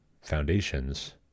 foundations